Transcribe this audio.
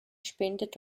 spendet